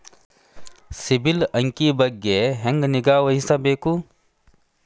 ಸಿಬಿಲ್ ಅಂಕಿ ಬಗ್ಗೆ ಹೆಂಗ್ ನಿಗಾವಹಿಸಬೇಕು?